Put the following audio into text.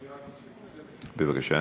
אני רק רוצה, בבקשה.